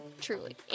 truly